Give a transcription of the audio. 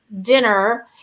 dinner